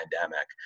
pandemic